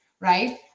right